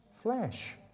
Flesh